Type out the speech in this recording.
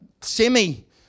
semi